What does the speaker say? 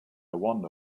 wonder